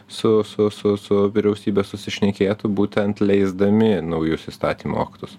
su su su vyriausybe susišnekėtų būtent leisdami naujus įstatymų aktus